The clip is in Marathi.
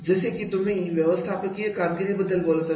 जसे की तुम्ही व्यवस्थापकीय कामगिरीबद्दल बोलत आहे